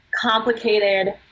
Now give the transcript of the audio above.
complicated